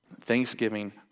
Thanksgiving